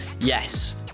Yes